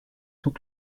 sont